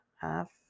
half